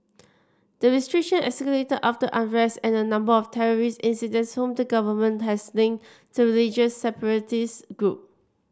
the restrictions escalated after unrest and a number of terrorist incidents whom the government has linked to religious separatist group